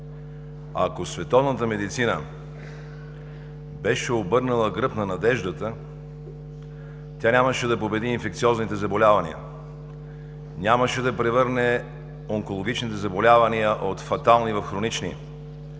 ако световната медицина беше обърнала гръб на надеждата, тя нямаше да победи инфекциозните заболявания, нямаше да превърне онкологичните заболявания от фатални в хронични, нямаше